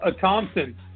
thompson